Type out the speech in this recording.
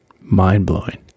mind-blowing